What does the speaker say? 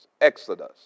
Exodus